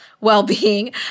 well-being